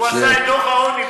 טוב, הוא עשה את דוח העוני.